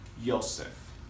Yosef